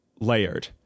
layered